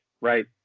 right